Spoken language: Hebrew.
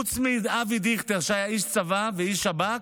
חוץ מאבי דיכטר, שהיה איש צבא ואיש שב"כ,